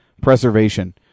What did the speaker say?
preservation